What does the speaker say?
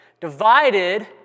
Divided